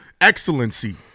excellency